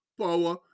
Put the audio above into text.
power